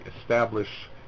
establish